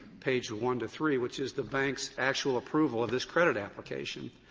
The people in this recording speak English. page one to three, which is the bank's actual approval of this credit application.